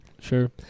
Sure